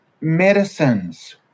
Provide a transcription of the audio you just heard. Medicines